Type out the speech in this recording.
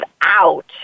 out